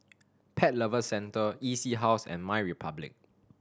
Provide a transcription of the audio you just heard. Pet Lovers Centre E C House and MyRepublic